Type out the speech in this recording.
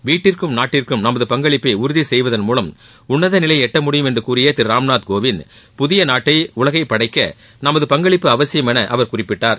வீட்டிற்கும் நாட்டிற்கும் நமது பங்களிப்பை உறுதி செய்வதன் மூலம் உன்னத நிலையை எட்ட முடியும் என்று கூறிய திரு ராம்நாத் கோவிந்த் புதிய நாட்டை உலகை படைக்க நமது பங்களிப்பு அவசியம் என அவர் குறிப்பிட்டார்